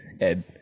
ed